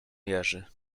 jerzy